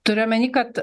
turi omeny kad